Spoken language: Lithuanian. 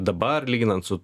dabar lyginant su